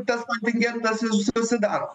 tas kontingentas ir susidaro